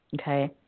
okay